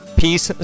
peace